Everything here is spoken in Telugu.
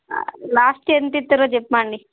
లాస్ట్ ఎంత ఇస్తారో చెప్పండి